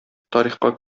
тарихка